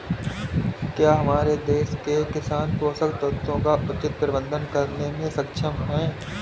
क्या हमारे देश के किसान पोषक तत्वों का उचित प्रबंधन करने में सक्षम हैं?